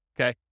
okay